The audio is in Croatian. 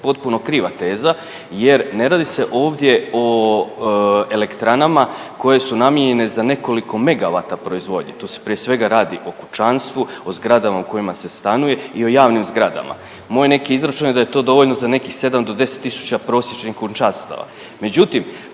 potpuno kriva teza jer ne radi se ovdje o elektranama koje su namijenjene za nekoliko megavata proizvodnje, tu se prije svega radi o kućanstvu, o zgradama u kojima se stanuje i o javnim zgradama. Moj neki izračun je da je to dovoljno za nekih 7 do 10 tisuća prosječnih kućanstava,